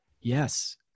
Yes